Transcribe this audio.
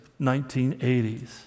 1980s